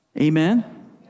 Amen